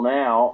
now